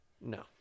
No